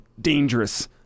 dangerous